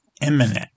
imminent